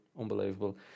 Unbelievable